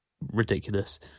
ridiculous